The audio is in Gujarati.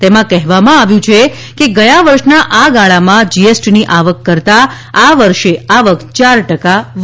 તેમાં કહેવામાં આવ્યું છે કે ગયા વર્ષના આ ગાળામાં જીએસટીની આવક કરતાં આ વર્ષે આવક ચાર ટકા વધારે છે